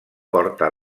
porta